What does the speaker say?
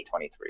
2023